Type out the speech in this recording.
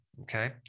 Okay